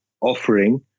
offering